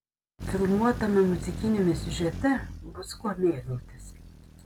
filmuotame muzikiniame siužete bus kuo mėgautis